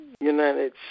United